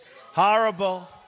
Horrible